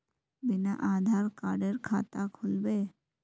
बिना आधार कार्डेर खाता खुल बे?